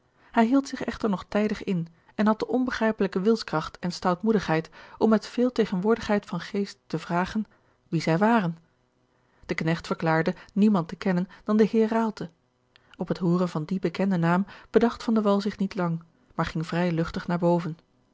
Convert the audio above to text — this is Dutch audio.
hij hield zich echter nog tijdig in en had de onbegrijpelijke wilskracht en stoutmoedigheid om met veel tegenwoordigheid van geest te vragen wie zij waren de knecht verklaarde niemand te kennen dan den heer raalte op het hooren van dien bekenden naam bedacht van de wall zich niet lang maar ging vrij luchtig naar boven